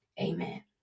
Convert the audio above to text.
Amen